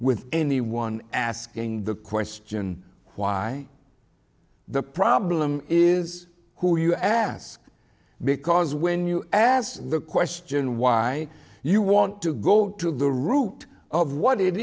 with anyone asking the question why the problem is who you ask because when you ask the question why you want to go to the root of what it